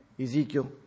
Ezekiel